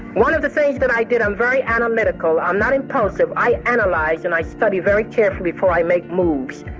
one of the things that i did, i'm very analytical. i'm not impulsive. i analyze, and i study very carefully before i make moves.